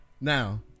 Now